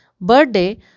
birthday